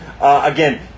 Again